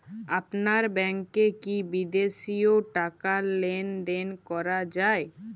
আপনার ব্যাংকে কী বিদেশিও টাকা লেনদেন করা যায়?